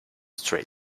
street